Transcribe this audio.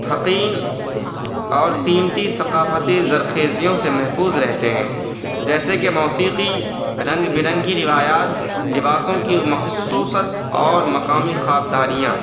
یقین اور قیمتی ثقافتی زرخیزیوں سے محفوظ رہتے ہیں جیسے کہ موسیقی رنگ برنگی روایات لباسوں کی مخصوص اور مقامی خواب داریاں